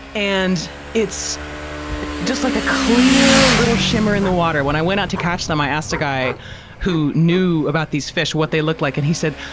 and it's just like a clear little shimmer in the water. when i went out to catch them, i asked a guy who knew about these fish, what they looked like. and he said,